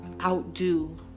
outdo